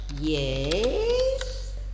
Yes